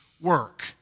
work